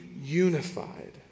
unified